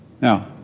Now